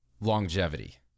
longevity